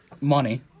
money